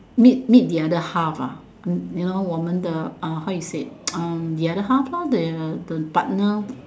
meet meet the other half ah you know 我们的 uh how you say um the other half lor the the partner